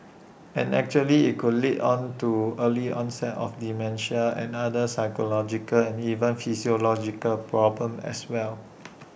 and actually IT could lead to on to early onset of dementia and other psychological and even physiological problems as well